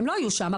הם לא היו שם,